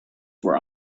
were